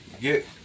get